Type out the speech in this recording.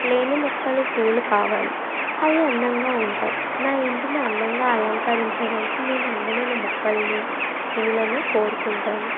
లేని మొక్కలు పూలు కావాలి అవి అందంగా ఉంటాయి నా ఇంటిని అందంగా అలంకరించడానికి నేను అందమైన మొక్కలను పూలను కోరుకుంటాను